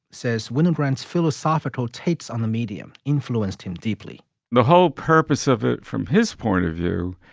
says wynnum grant's philosophical tait's on the medium influenced him deeply the whole purpose of it, from his point of view,